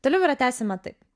toliau yra tęsiama taip